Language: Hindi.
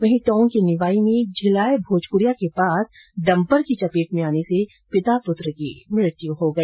वहीं टोंक के निवाई में झिलाय भोजपुरिया के पास डम्पर की चपेट में आने से पिता पुत्र की मृत्यु हो गई